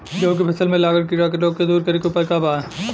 गेहूँ के फसल में लागल कीड़ा के रोग के दूर करे के उपाय का बा?